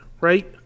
right